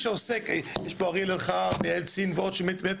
יש פה אריאל אלחרר ויעל צין פה שבאמת